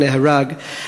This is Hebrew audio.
"הנהרג".